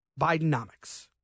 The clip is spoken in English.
Bidenomics